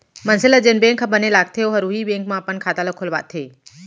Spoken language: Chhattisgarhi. मनसे ल जेन बेंक ह बने लागथे ओहर उहीं बेंक म अपन खाता ल खोलवाथे